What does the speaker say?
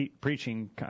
preaching